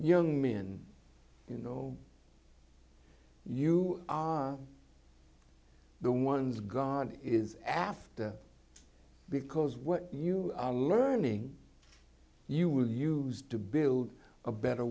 young men you know you are the ones god is after because what you are learning you will use to build a better